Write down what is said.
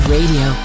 Radio